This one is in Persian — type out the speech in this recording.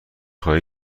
خواهی